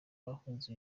bahunze